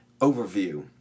overview